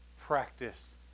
practice